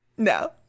No